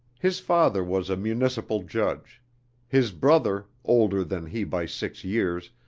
his father was a municipal judge his brother, older than he by six years,